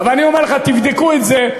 אבל אני אומר לך, תבדקו את זה.